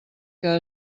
que